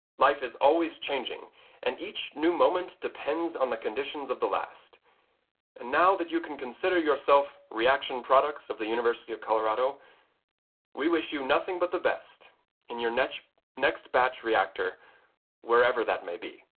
life is always changing and each new moment depends on the conditions of the last and now that you can consider yourself reaction products of the university of colorado we wish you nothing but the best in your net next batch reactor wherever that may be.